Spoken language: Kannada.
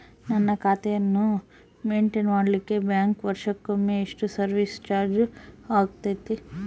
ನನ್ನ ಖಾತೆಯನ್ನು ಮೆಂಟೇನ್ ಮಾಡಿಲಿಕ್ಕೆ ಬ್ಯಾಂಕ್ ವರ್ಷಕೊಮ್ಮೆ ಏನು ಸರ್ವೇಸ್ ಚಾರ್ಜು ಹಾಕತೈತಿ?